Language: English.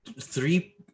three